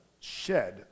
shed